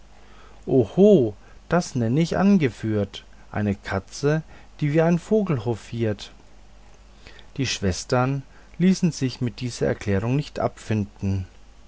das nenn ich angeführt eine katze die wie ein vogel hofiert die schwestern ließen sich mit diesen erklärungen nicht abfinden